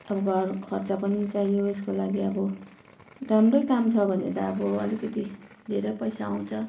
अब घर खर्च पनि चाहियो यसको लागि अब राम्रै काम छ भने त अब अलिकति धेरै पैसा आउँछ